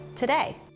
today